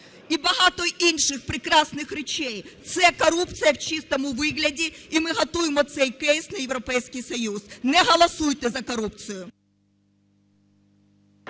І багато інших прекрасних речей. Це корупція в чистому вигляді. І ми готуємо цей кейс на Європейський Союз. Не голосуйте за корупцію.